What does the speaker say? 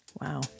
Wow